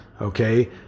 Okay